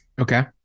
Okay